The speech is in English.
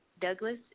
Douglas